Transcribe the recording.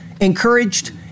encouraged